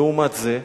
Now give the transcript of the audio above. לעומת זה,